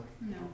No